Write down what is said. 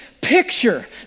picture